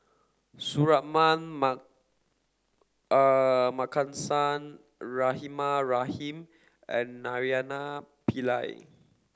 Suratman Markasan Rahimah Rahim and Naraina Pillai